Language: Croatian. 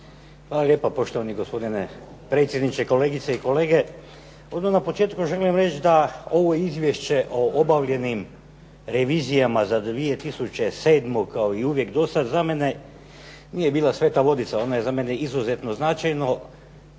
Hvala lijepa, poštovani gospodine predsjedniče. Kolegice i kolege. Odmah na početku želim reći da ovo Izvješće o obavljenim revizijama za 2007., kao i uvijek do sad, za mene nije bila sveta vodica, ona je za mene izuzetno značajno,